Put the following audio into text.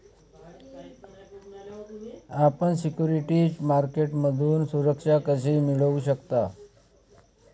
आपण सिक्युरिटीज मार्केटमधून सुरक्षा कशी मिळवू शकता?